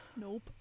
Nope